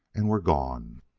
and were gone.